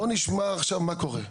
בוא נשמע עכשיו מה קורה,